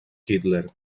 hitler